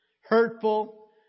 hurtful